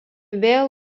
vėl